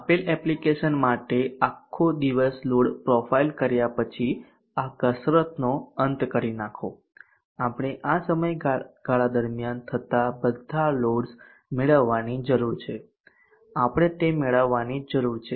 આપેલ એપ્લિકેશન માટે આખો દિવસ લોડ પ્રોફાઇલ કર્યા પછી આ કસરતનો અંત કરી નાખો આપણે આ સમયગાળા દરમિયાન થતા બધા લોડ્સ મેળવવાની જરૂર છે આપણે તે મેળવવાની જરૂર છે